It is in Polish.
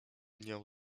nią